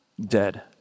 dead